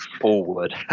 forward